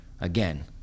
Again